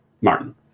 Martin